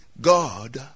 God